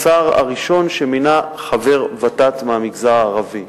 השר הראשון שמינה חבר ות"ת מהמגזר הערבי,